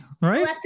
right